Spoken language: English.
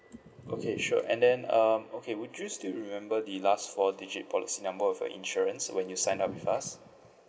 okay sure and then um okay would you still remember the last four digit policy number of your insurance when you signed up with us